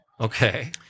Okay